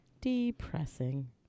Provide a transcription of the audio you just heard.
Depressing